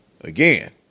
Again